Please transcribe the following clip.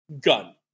gun